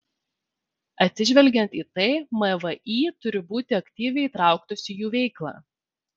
atsižvelgiant į tai mvį turi būti aktyviai įtrauktos į jų veiklą